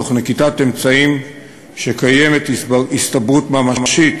בנקיטת אמצעים שקיימת הסתברות ממשית